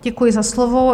Děkuji za slovo.